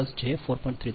5 j 4